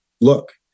look